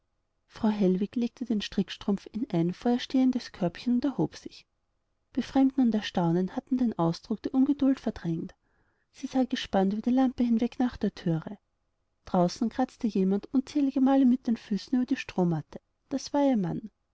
frau hellwig legte den strickstrumpf in ein vor ihr stehendes körbchen und erhob sich befremden und erstaunen hatten den ausdruck der ungeduld verdrängt sie sah gespannt über die lampe hinweg nach der thür draußen kratzte jemand unzählige male mit den füßen über die strohmatte das war ihr mann